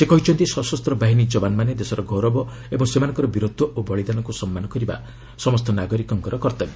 ସେ କହିଛନ୍ତି ସଶସ୍ତ ବାହିନୀ ଯବାନମାନେ ଦେଶର ଗୌରବ ଓ ସେମାନଙ୍କର ବୀରତ୍ୱ ଓ ବଳୀଦାନକୁ ସମ୍ମାନ କରିବା ସମସ୍ତ ନାଗରିକଙ୍କର କର୍ତ୍ତବ୍ୟ